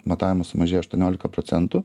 matavimus sumažė aštuoniolika procentų